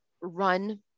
run